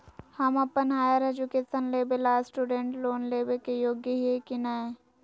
हम अप्पन higher education लेबे ला स्टूडेंट लोन लेबे के योग्य हियै की नय?